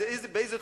אז באיזה צורה?